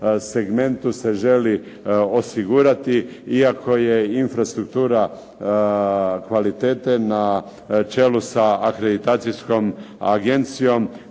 segmentu se želi osigurati, iako je infrastruktura kvalitete na čelu sa akreditacijskom agencijom